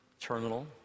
Terminal